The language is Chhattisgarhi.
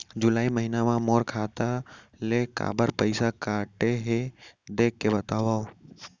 जुलाई महीना मा मोर खाता ले काबर पइसा कटे हे, देख के बतावव?